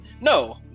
no